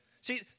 See